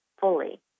fully